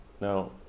Now